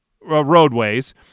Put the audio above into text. roadways